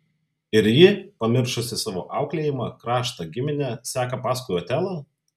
ir ji pamiršusi savo auklėjimą kraštą giminę seka paskui otelą